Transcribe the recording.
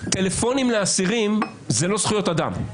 טלפונים לאסירים זה לא זכויות אדם,